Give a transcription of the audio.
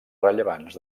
rellevants